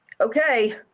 okay